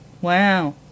wow